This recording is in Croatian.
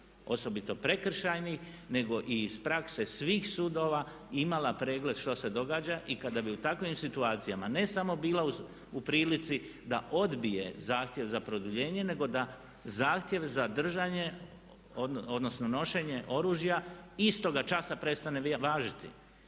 osobito prekršajnih, nego i iz prakse svih sudova imala pregled što se događa i kada bi u takvim situacijama ne samo bila u prilici da odbije zahtjev za produljenje, nego da zahtjev za držanje odnosno nošenje oružja istoga časa prestane važiti.